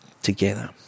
Together